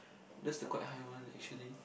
that's the quite high one actually